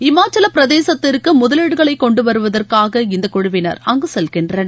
இமாச்சல பிரதேசத்திற்கு முதலீடுகளை கொண்டு வருவதற்காக இந்த குழுவினர் அங்கு செல்கின்றனர்